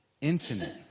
Infinite